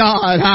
God